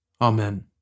Amen